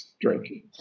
drinking